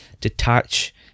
detach